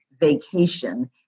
vacation